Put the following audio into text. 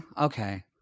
okay